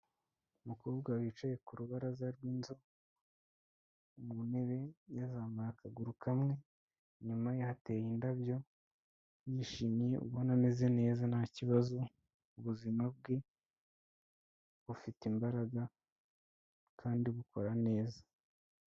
Umukobwa wicaye ku rubaraza rw'inzu mu ntebe yazamuye akaguru kamwe, inyuma ye hateye indabyo yishimye ubona ameze neza nta kibazo, ubuzima bwe bufite imbaraga kandi bukora neza.